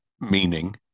meaning